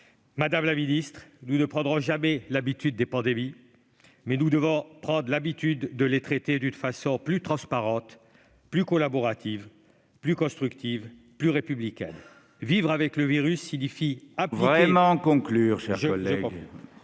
Madame la ministre, nous ne prendrons jamais l'habitude des pandémies, mais nous devons prendre l'habitude de les traiter d'une façon plus transparente, plus collaborative, plus constructive, plus républicaine. Vivre avec le virus signifie ... Il faut vraiment conclure !... appliquer,